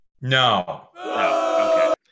No